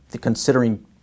considering